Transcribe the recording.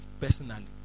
personally